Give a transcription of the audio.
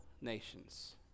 nations